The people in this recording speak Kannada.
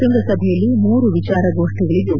ಶೃಂಗಸಭೆಯಲ್ಲಿ ಮೂರು ವಿಚಾರ ಗೋಷ್ಠಿಗಳಿದ್ದು